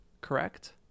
correct